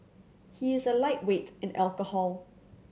he is a lightweight in alcohol